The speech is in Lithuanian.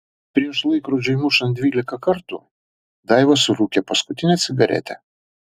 prieš laikrodžiui mušant dvylika kartų daiva surūkė paskutinę cigaretę